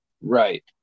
Right